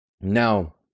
now